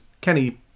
Kenny